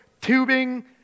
tubing